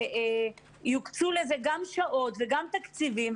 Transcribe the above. שיוקצו לזה גם שעות וגם תקציבים.